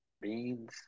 beans